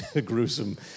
gruesome